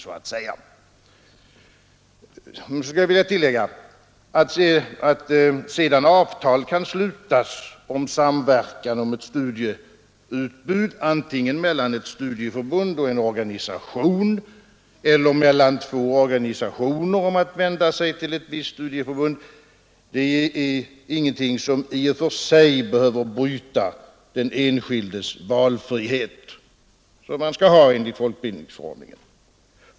Men jag skulle vilja tillägga att det förhållandet att avtal kan slutas antingen mellan ett studieförbund och en organisation om samverkan i ett studieutbud eller mellan två organisationer om att vända sig till ett visst studieförbund är ingenting som i och för sig behöver bryta den enskildes valfrihet, som han skall ha enligt folkbildningsförordningen.